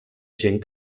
gent